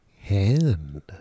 Hand